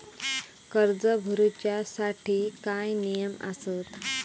कर्ज भरूच्या साठी काय नियम आसत?